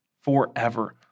forever